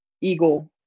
eagle